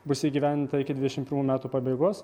bus įgyvendinta iki dvidešimt pirmų metų pabaigos